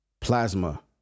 plasma